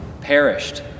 perished